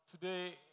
today